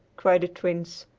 cried the twins,